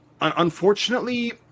Unfortunately